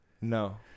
No